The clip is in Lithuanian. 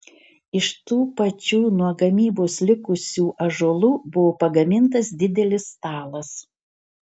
iš tų pačių nuo gamybos likusių ąžuolų buvo pagamintas didelis stalas